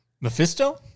Mephisto